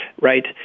right